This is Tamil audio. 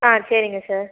ஆ சரிங்க சார்